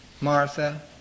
Martha